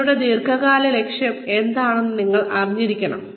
നിങ്ങളുടെ ദീർഘകാല ലക്ഷ്യം എന്താണെന്ന് നിങ്ങൾ അറിഞ്ഞിരിക്കണം